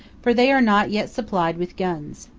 for they are not yet supplied with guns.